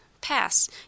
Pass